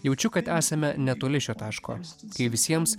jaučiu kad esame netoli šio taško kai visiems